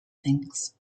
things